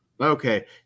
Okay